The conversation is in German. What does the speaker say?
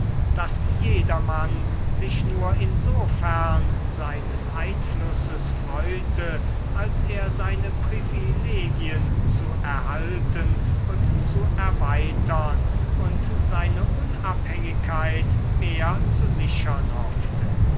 daß jedermann sich nur insofern seines einflusses freute als er seine privilegien zu erhalten und zu erweitern und seine unabhängigkeit mehr zu sichern hoffte